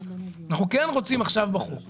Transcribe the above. אנחנו רוצים עכשיו בחוק לומר: